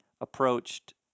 approached